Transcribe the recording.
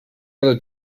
other